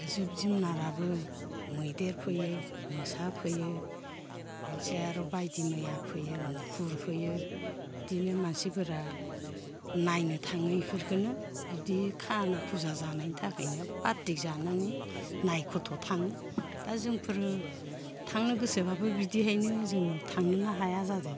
जिब जुनाराबो मैदेर फैयो मोसा फैयो एसे आर' बायदि मैया फैयो मुफुर फैयो बिदिनो मानसिफोरा नायनो थाङो इफोरखोनो इदि खाना खुज्रा जानायनि थाखायनो पार्टि जानायनि नायख'थ' थाङो दा जोंफोरो थांनो गोसोब्लाबो बिदिहायनो जों थांनोनो हाया जादो